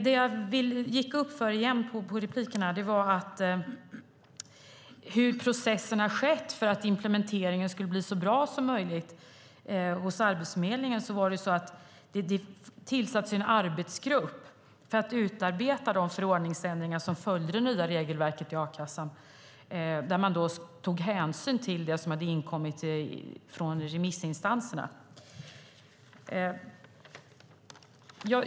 Att jag gick upp i talarstolen igen har att göra med hur processen har skett för att implementeringen skulle bli så bra som möjligt hos Arbetsförmedlingen. Det tillsattes ju en arbetsgrupp för att utarbeta de förordningsändringar som följde det nya regelverket i a-kassan, där man tog hänsyn till det som hade inkommit från remissinstanserna.